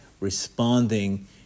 responding